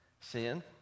sin